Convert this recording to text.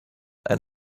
and